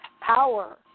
power